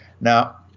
Now